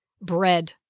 bread